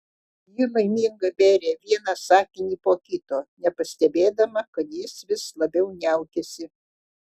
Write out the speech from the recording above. ji laiminga bėrė vieną sakinį po kito nepastebėdama kad jis vis labiau niaukiasi